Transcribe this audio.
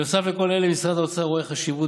נוסף על כל אלה משרד האוצר רואה חשיבות